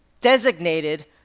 designated